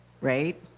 right